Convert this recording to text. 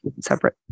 separate